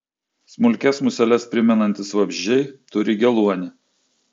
smulkias museles primenantys vabzdžiai turi geluonį